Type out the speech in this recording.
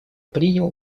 приняло